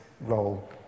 role